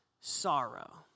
Sorrow